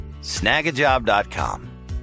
Snagajob.com